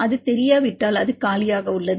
அது தெரியாவிட்டால் அது காலியாக உள்ளது